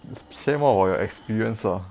share more about your experience lah